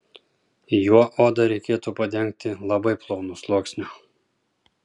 juo odą reikėtų padengti labai plonu sluoksniu